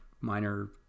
minor